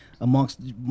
amongst